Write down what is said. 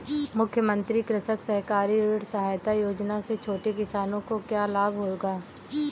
मुख्यमंत्री कृषक सहकारी ऋण सहायता योजना से छोटे किसानों को क्या लाभ होगा?